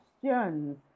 questions